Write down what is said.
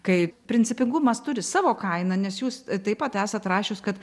kai principingumas turi savo kainą nes jūs taip pat esat rašius kad